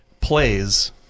plays